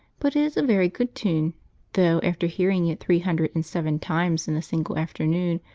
but it is a very good tune though after hearing it three hundred and seven times in a single afternoon,